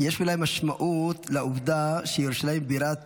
יש אולי משמעות לעובדה שירושלים היא בירת